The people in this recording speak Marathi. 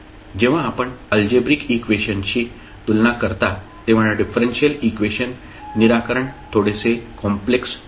जेव्हा आपण अल्जेब्रिक इक्वेशनशी तुलना करता तेव्हा डिफरेंशियल इक्वेशन निराकरण थोडेसे कॉम्प्लेक्स होते